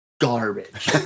garbage